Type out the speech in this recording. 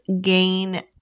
gain